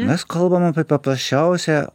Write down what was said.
mes kalbam apie paprasčiausią